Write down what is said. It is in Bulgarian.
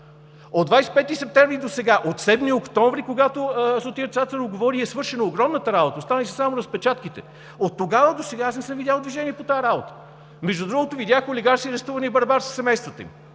От 25 септември досега, от 7 октомври, когато Сотир Цацаров говори, е свършена огромната работа, останали са само разпечатките. Оттогава досега аз не съм видял движение по тази работа! Между другото, видях олигарси, арестувани барабар със семействата им,